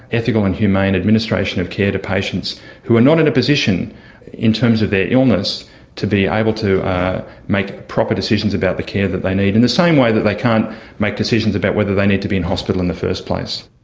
ethical and humane administration of care to patients who are not in a position in terms of their illness to be able to make proper decisions about the care that they need, in the same way they can't make decisions about whether they need to be in hospital in the first place.